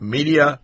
Media